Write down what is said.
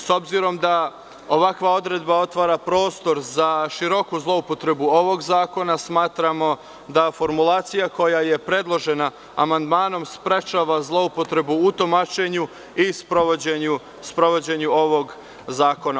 S obzirom da ovakva odredba stvara prostor za široku zloupotrebu ovog zakona, smatramo da formulacija koja je predložena amandmanom sprečava zloupotrebu u tumačenju i sprovođenju ovog zakona.